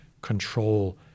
control